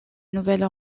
nouvelle